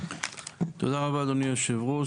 תודה רבה, אדוני היושב-ראש.